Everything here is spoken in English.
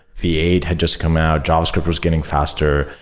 v eight had just come out. javascript was getting faster.